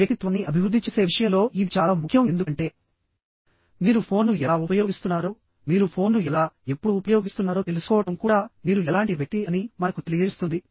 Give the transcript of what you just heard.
మీ వ్యక్తిత్వాన్ని అభివృద్ధి చేసే విషయంలో ఇది చాలా ముఖ్యం ఎందుకంటే మీరు ఫోన్ను ఎలా ఉపయోగిస్తున్నారో మీరు ఫోన్ను ఎలా ఎప్పుడు ఉపయోగిస్తున్నారో తెలుసుకోవడం కూడా మీరు ఎలాంటి వ్యక్తి అని మనకు తెలియజేస్తుంది